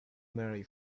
marry